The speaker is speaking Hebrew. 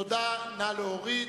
סעיף 51, הדיור הממשלתי,